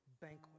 banquet